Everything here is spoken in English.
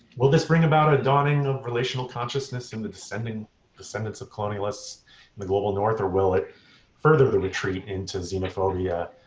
will this bring about a dawning of relational consciousness in the descendants descendants of colonialists in the global north? or will it further retreat into xenophobia,